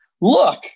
Look